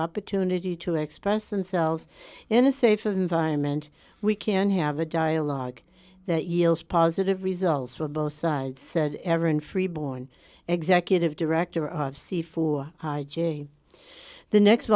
opportunity to express themselves in a safe environment we can have a dialogue that yields positive results for both sides said everyone free born executive director of c four j the next